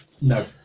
No